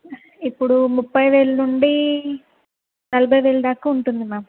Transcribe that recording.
ఇప్పుడు ముప్పై వేల నుండి నలభై వేల దాకా ఉంటుంది మ్యామ్